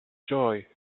joy